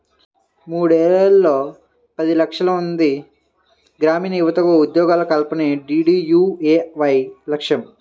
మూడేళ్లలో పది లక్షలమంది గ్రామీణయువతకు ఉద్యోగాల కల్పనే డీడీయూఏవై లక్ష్యం